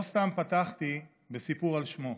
לא סתם פתחתי בסיפור על שמו.